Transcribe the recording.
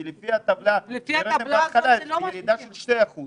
כי לפי הטבלה שהראית בהתחלה הייתה ירידה של 2%